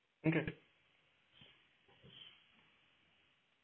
okay